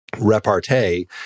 repartee